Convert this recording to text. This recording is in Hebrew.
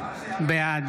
בעד